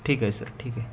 ठीक आहे सर ठीक आहे